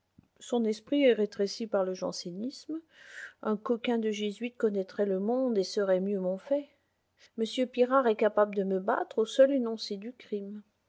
son esprit est rétréci par le jansénisme un coquin de jésuite connaîtrait le monde et serait mieux mon fait m pirard est capable de me battre au seul énoncé du crime